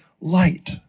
light